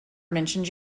mentioned